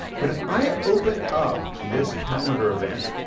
but if i open up this calendar event,